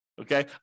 okay